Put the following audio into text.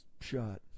shot